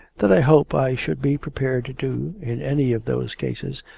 that i hope i should be prepared to do, in any of those cases,